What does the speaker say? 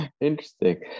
Interesting